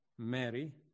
Mary